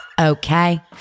Okay